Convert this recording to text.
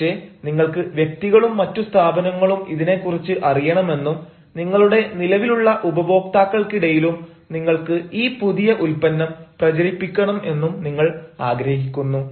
പക്ഷേ നിങ്ങൾക്ക് വ്യക്തികളും മറ്റു സ്ഥാപനങ്ങളും ഇതിനെക്കുറിച്ച് അറിയണമെന്നും നിങ്ങളുടെ നിലവിലുള്ള ഉപഭോക്താക്കൾക്കിടയിലും നിങ്ങൾക്ക് ഈ പുതിയ ഉൽപ്പന്നം പ്രചരിപ്പിക്കണം എന്നും നിങ്ങൾ ആഗ്രഹിക്കുന്നു